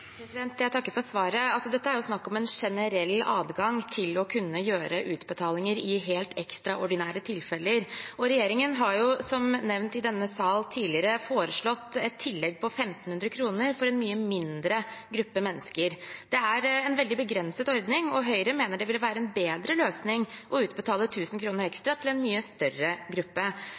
Jeg takker for svaret. Dette er jo snakk om en generell adgang til å kunne gjøre utbetalinger i helt ekstraordinære tilfeller, og regjeringen har, som nevnt i denne sal tidligere, foreslått et tillegg på 1 500 kr for en mye mindre gruppe mennesker. Det er en veldig begrenset ordning, og Høyre mener det burde være en bedre løsning å utbetale 1 000 kr ekstra til en mye større gruppe.